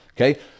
Okay